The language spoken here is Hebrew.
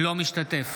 אינו משתתף